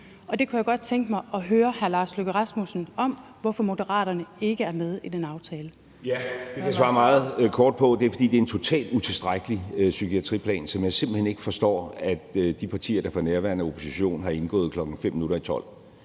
og jeg kunne godt tænke mig at høre hr. Lars Løkke Rasmussen om, hvorfor Moderaterne ikke er med i den aftale. Kl. 19:47 Lars Løkke Rasmussen (M): Ja, det kan jeg svare meget kort på. Det er, fordi det er en totalt utilstrækkelig psykiatriplan, som jeg simpelt hen ikke forstår at de partier, der for nærværende er opposition, har indgået kl. fem minutter i